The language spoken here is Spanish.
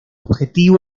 objetivo